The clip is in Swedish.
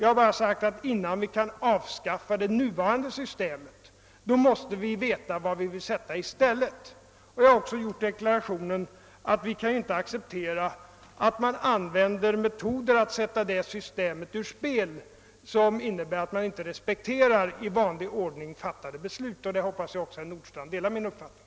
Jag har bara sagt att innan vi kan avskaffa det nuvarande systemet måste vi veta vad vi skall sätta i stället. Jag har också gjort den deklarationen att vi inte kan acceptera att använda metoder att sätta det systemet ur spel som innebär att man inte respekterar i vanlig ordning fattade beslut. På den punkten hoppas jag att också herr Nordstrandh delar min uppfattning.